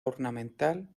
ornamental